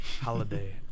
holiday